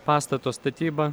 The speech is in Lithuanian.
pastato statybą